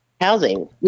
housing